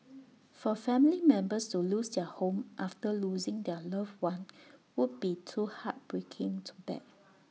for family members to lose their home after losing their loved one would be too heartbreaking to bear